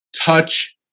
touch